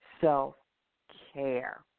self-care